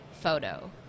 photo